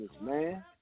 man